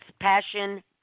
passion